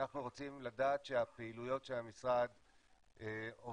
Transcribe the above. אנחנו רוצים לדעת שהפעילויות שהמשרד עובד